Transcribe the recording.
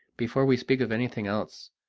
before we speak of anything else,